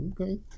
Okay